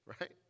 right